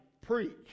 preach